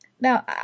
Now